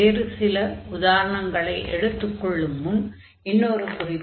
வேறு சில உதாரணங்களை எடுத்துக் கொள்ளும் முன் இன்னொரு குறிப்பு